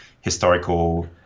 historical